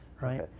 right